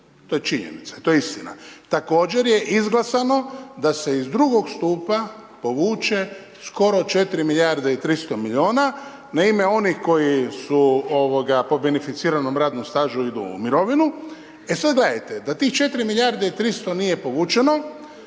To je činjenica i to je istina. Također je izglasano, da se iz drugog stupa povuče skoro 4 milijarde i 300 milijuna na ime onih koji su po beneficiranom radnom stažu idu u mirovinu. E sada gledajte, da tih 4 milijarde i 300 nije povučeno,